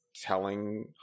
Telling